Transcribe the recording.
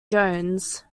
jones